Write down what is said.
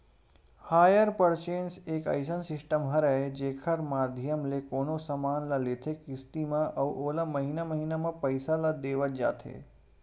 hire purchase एक अइसन system हरय जेखर माधियम ले कोनो समान ल लेथे किस्ती म अउ ओला महिना महिना म पइसा ल देवत जाथे